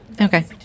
okay